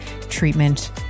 treatment